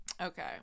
Okay